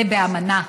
זה באמנה,